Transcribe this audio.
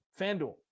FanDuel